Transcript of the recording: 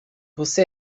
você